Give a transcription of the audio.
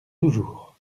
toujours